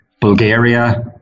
Bulgaria